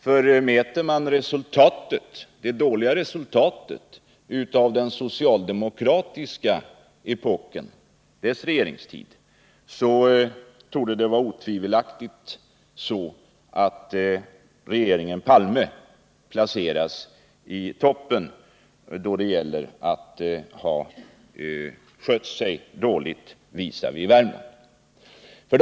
Om man mäter Måndagen den resultatet av den socialdemokratiska regeringsepoken, så torde man otvivel 12 november 1979 aktigt kunna konstatera att regeringen Palme placeras i toppen då det gäller att ha skött sig dåligt visavi Värmland.